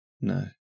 No